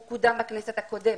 הוא קודם בכנסת הקודמת.